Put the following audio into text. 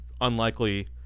unlikely